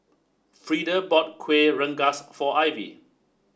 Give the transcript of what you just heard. Freeda bought Kueh Rengas for Lvy